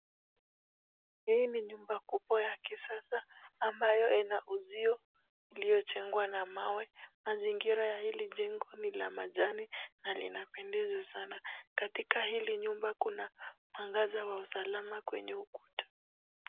Hii ni nyumba kubwa ya kisasa ambayo inauzio iliyo jengwa na mawe. Mazingira la hili jengo ni la majani na linapendeza sana. Katika hili nyumba kuna mwangaza wa usalama kwenye ukuta.